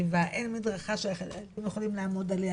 ישובים בדואים בנגב ואת עשהאל אי אפשר היה להכניס?